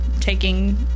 taking